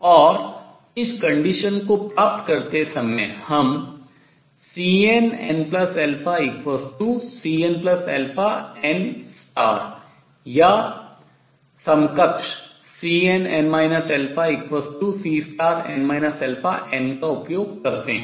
और इस condition शर्त को प्राप्त करते समय हम CnnCnn या समकक्ष Cnn Cn n का उपयोग करते हैं